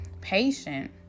patient